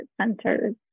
centers